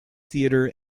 theater